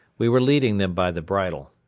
we were leading them by the bridle.